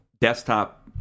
desktop